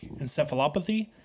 encephalopathy